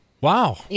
Wow